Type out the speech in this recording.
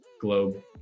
globe